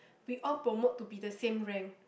we all promote to be the same rank